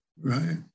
right